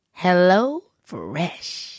HelloFresh